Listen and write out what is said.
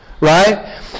right